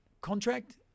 contract